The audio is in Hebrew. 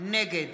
נגד